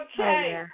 Okay